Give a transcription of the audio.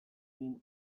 zin